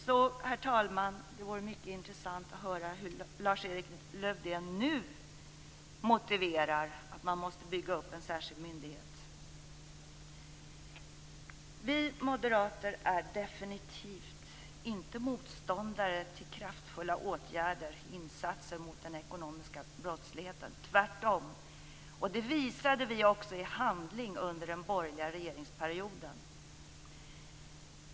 Så, herr talman, det vore mycket intressant att höra hur Lars-Erik Lövdén nu motiverar att man måste bygga upp en särskild myndighet. Vi moderater är definitivt inte motståndare till kraftfulla åtgärder och insatser mot den ekonomiska brottsligheten - tvärtom. Det visade vi också i handling under den borgerliga regeringsperioden.